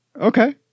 Okay